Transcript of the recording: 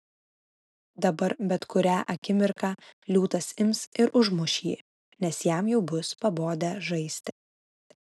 dabar bet kurią akimirką liūtas ims ir užmuš jį nes jam jau bus pabodę žaisti